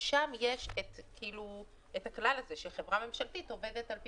שם יש את הכלל הזה שחברה ממשלתית עובדת על פי